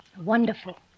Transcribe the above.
Wonderful